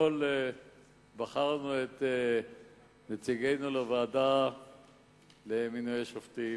אתמול בחרנו את נציגינו לוועדה למינוי השופטים.